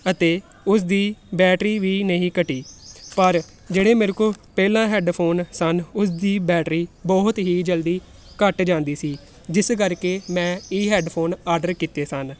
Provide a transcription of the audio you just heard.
ਅਤੇ ਉਸ ਦੀ ਬੈਟਰੀ ਵੀ ਨਹੀਂ ਘਟੀ ਪਰ ਜਿਹੜੇ ਮੇਰੇ ਕੋਲ ਪਹਿਲਾਂ ਹੈਡਫੋਨ ਸਨ ਉਸ ਦੀ ਬੈਟਰੀ ਬਹੁਤ ਹੀ ਜਲਦੀ ਘੱਟ ਜਾਂਦੀ ਸੀ ਜਿਸ ਕਰਕੇ ਮੈਂ ਇਹ ਹੈਡਫੋਨ ਆਰਡਰ ਕੀਤੇ ਸਨ